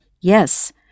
yes